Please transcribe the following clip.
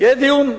יהיה דיון.